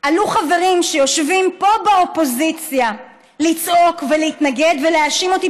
עלו חברים שיושבים באופוזיציה לצעוק ולהתנגד ולהאשים אותי,